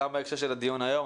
גם בהקשר של הדיון היום,